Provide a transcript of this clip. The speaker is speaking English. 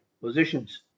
positions